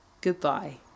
goodbye